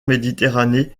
méditerranée